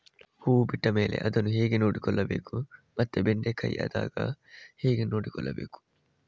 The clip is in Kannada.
ಹೂ ಬಿಟ್ಟ ಮೇಲೆ ಅದನ್ನು ಹೇಗೆ ನೋಡಿಕೊಳ್ಳಬೇಕು ಮತ್ತೆ ಬೆಂಡೆ ಕಾಯಿ ಆದಾಗ ಹೇಗೆ ನೋಡಿಕೊಳ್ಳಬೇಕು?